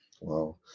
Wow